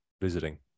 visiting